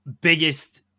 biggest